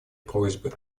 просьбы